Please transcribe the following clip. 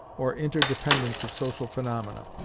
or interdependence of social phaenomena.